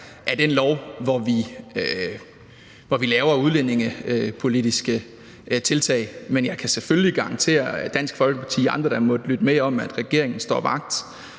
er den lov, hvor vi laver udlændingepolitiske tiltag, men jeg kan selvfølgelig garantere Dansk Folkeparti og andre, der måtte lytte med, at regeringen står vagt